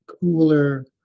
cooler